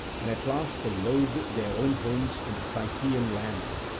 and at last they loathed their own homes in the cytaean land,